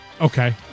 Okay